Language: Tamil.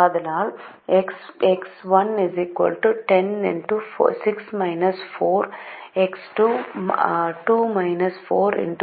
அதனால் X 1 10 6−4 X 2−4 X 4 9 X2